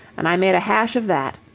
and i made a hash of that.